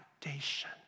foundation